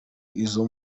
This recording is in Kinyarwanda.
izo